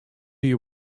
you